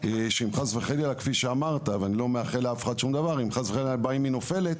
כדי שאם חס וחלילה BuyMe נופלת